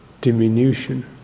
diminution